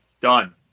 Done